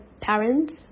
parents